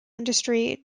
industry